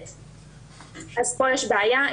פה יש בעיה,